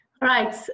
Right